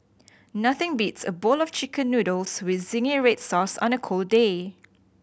nothing beats a bowl of Chicken Noodles with zingy red sauce on a cold day